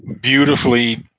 beautifully